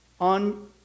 on